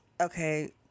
Okay